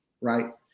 right